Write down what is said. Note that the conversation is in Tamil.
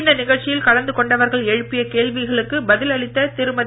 இந்த நிகழ்ச்சியில் கலந்து கொண்டவர்கள் எழுப்பிய கேள்விகளுக்கு பதில் அளித்த திருமதி